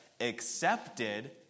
accepted